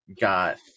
got